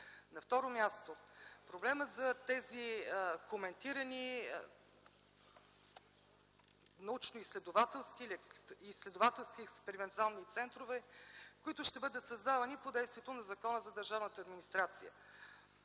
На второ място - проблемът за тези коментирани научноизследователски експериментални центрове, които ще бъдат създавани по действието на Закона за държавната администрация.